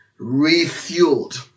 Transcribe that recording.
refueled